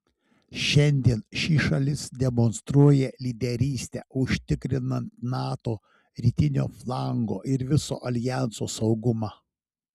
šiandien ši šalis demonstruoja lyderystę užtikrinant nato rytinio flango ir viso aljanso saugumą